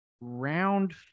round